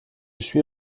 suis